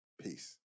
Peace